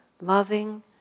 loving